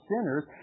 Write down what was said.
sinners